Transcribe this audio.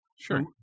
Sure